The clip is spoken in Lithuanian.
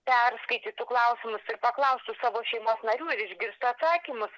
perskaitytų klausimus ir paklaustų savo šeimos narių ir išgirstų atsakymus